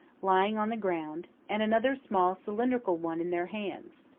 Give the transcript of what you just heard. lying on the ground, and another small cylindrical one in their hands.